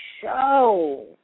show